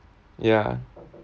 ya